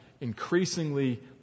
increasingly